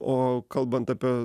o kalbant apie